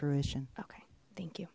fruition okay thank you